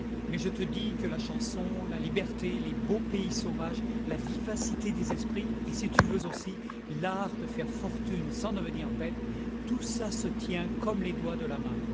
mais je te dis que la chanson la liberté les beaux pays sauvages la vivacité des esprits et si tu veux aussi l'art de faire fortune sans devenir bête tout ça se tient comme les doigts de la main